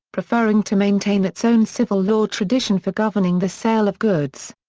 preferring to maintain its own civil law tradition for governing the sale of goods.